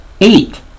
eight